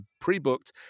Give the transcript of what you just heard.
pre-booked